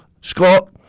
Scott